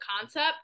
concept